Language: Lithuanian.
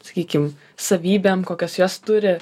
sakykim savybėm kokias jos turi